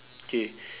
K